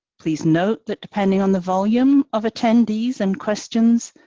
please note that depending on the volume of attendees and questions,